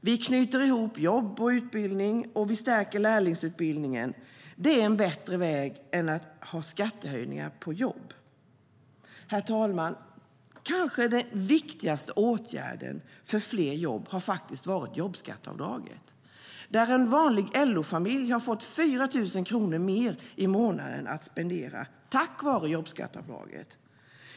Vi knyter ihop jobb och utbildning och stärker lärlingsutbildningen. Det är en bättre väg än skattehöjningar på jobb. Herr talman! Den viktigaste åtgärden för fler jobb har varit jobbskatteavdraget. En vanlig LO-familj har fått 4 000 kronor mer i månaden att spendera, tack vare jobbskatteavdraget.